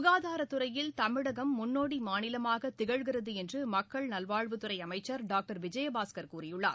சுகாதாரத் துறையில் தமிழகம் முன்னோடி மாநிலமாக திகழ்கிறது என்று மக்கள் நல்வாழ்வுத் துறை அமைச்சர் டாக்டர் விஜயபாஸ்கர் கூறியுள்ளார்